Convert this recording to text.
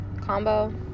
Combo